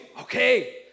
Okay